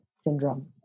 syndrome